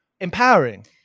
empowering